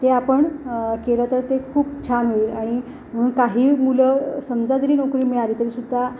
ते आपण केलं तर ते खूप छान होईल आणि म्हणून काही मुलं समजा जरी नोकरी मिळाली तरीसुद्धा